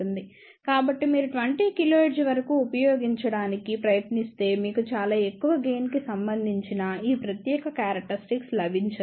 కాబట్టి మీరు 20 kHz వరకు ఉపయోగించటానికి ప్రయత్నస్తే మీకు చాలా ఎక్కువ గెయిన్ కి సంబందించిన ఈ ప్రత్యేక క్యారక్టర్య్స్టిక్ లభించదు